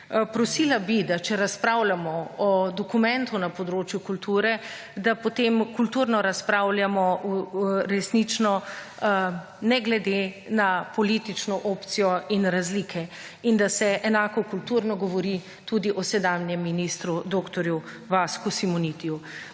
Prosila bi, če razpravljamo o dokumentu s področja kulture, da kulturno razpravljamo, ne glede na politično opcijo in razlike, in da se enako kulturno govori tudi o sedanjem ministru dr. Vasku Simonitiju.